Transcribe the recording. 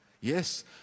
Yes